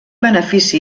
benefici